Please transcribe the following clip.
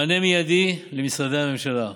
מענה מיידי למשרדי ממשלה,